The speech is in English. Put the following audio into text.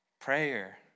Prayer